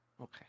okay